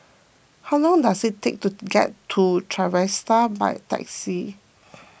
how long does it take to get to Trevista by taxi